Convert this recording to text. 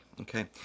Okay